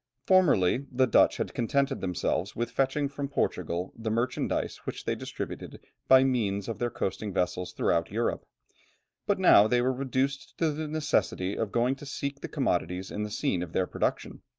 formerly the dutch had contented themselves with fetching from portugal the merchandise which they distributed by means of their coasting vessels throughout europe but now they were reduced to the necessity of going to seek the commodities in the scene of their production.